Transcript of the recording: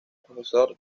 profesor